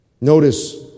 Notice